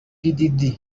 diddy